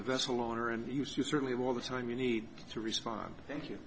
the vessel owner and you certainly have all the time you need to respond thank you